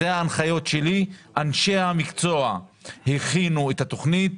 אלה ההנחיות שלי ואנשי המקצוע הכינו את התכנית.